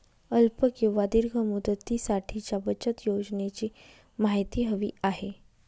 अल्प किंवा दीर्घ मुदतीसाठीच्या बचत योजनेची माहिती हवी आहे